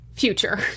Future